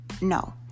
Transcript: no